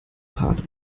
part